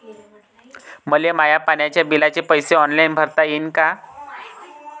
मले माया पाण्याच्या बिलाचे पैसे ऑनलाईन भरता येईन का?